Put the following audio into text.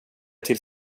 till